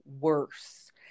worse